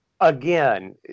again